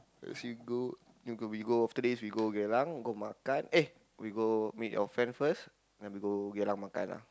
so we go we go after this we go Geylang we go makan eh we go meet your friend first then we go Geylang makan lah